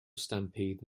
stampede